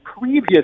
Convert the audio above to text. previous